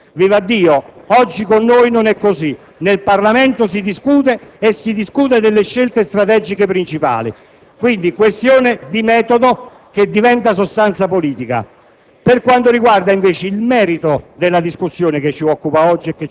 che il Parlamento rappresentava un appesantimento dei lavori dell'Esecutivo. Vivaddio, oggi con noi non è così, nel Parlamento si discute e si discute delle scelte strategiche principali. Quindi, questione di metodo che diventa sostanza politica.